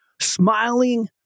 smiling